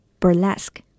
Burlesque